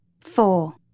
Four